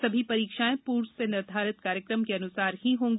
सभी परीक्षाएँ पूर्व से निर्धारित कार्यक्रम के अनुसार ही होंगी